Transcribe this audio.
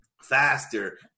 faster